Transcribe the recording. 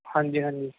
ਹਾਂਜੀ ਹਾਂਜੀ